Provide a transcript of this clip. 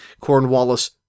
Cornwallis